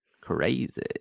crazy